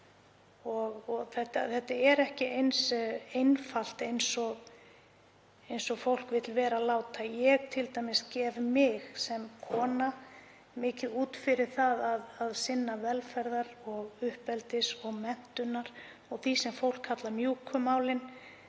og þetta er ekki eins einfalt og fólk vill vera láta. Ég gef mig sem kona mikið út fyrir það að sinna velferðar- og uppeldis- og menntamálum, og því sem fólk kallar mjúku málin,